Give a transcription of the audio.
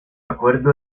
acuerdo